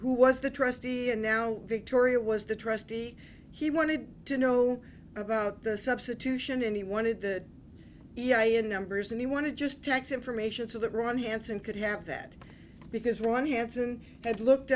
who was the trustee and now victoria was the trustee he wanted to know about the substitution and he wanted the e i a in numbers and he wanted just tax information to the run hansen could have that because one hansen had looked